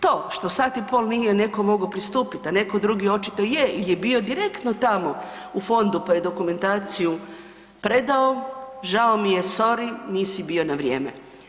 To što sat i pol nije neko mogo pristupit, a neko drugi očito je jer je bio direktno tamo u fondu, pa je dokumentaciju predao, žao mi je sory nisi bio na vrijeme.